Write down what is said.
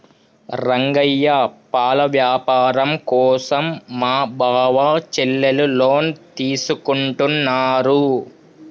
రంగయ్య పాల వ్యాపారం కోసం మా బావ చెల్లెలు లోన్ తీసుకుంటున్నారు